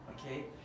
Okay